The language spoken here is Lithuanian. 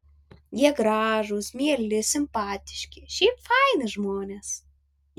jie gražūs mieli simpatiški šiaip faini žmonės